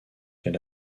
est